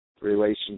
relationship